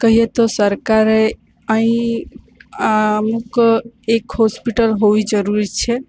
કહે તો સરકારે અહીં અમુક એક હોસ્પિટલ હોવી જરૂરી છે